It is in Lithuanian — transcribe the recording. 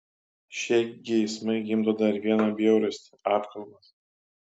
šie geismai gimdo dar vieną bjaurastį apkalbas